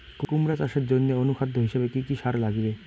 কুমড়া চাষের জইন্যে অনুখাদ্য হিসাবে কি কি সার লাগিবে?